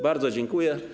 Bardzo dziękuję.